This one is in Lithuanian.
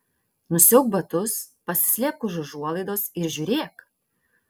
nusiauk batus pasislėpk už užuolaidos ir žiūrėk